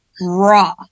raw